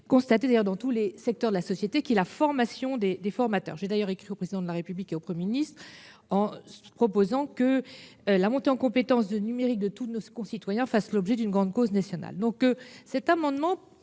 constate dans tous les secteurs de la société : la formation des formateurs. J'ai d'ailleurs adressé un courrier au Président de la République et au Premier ministre pour que la montée en compétence du numérique de tous nos concitoyens fasse l'objet d'une grande cause nationale. Cet amendement